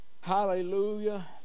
Hallelujah